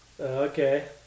okay